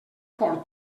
fort